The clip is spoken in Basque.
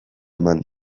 eman